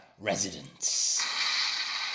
residents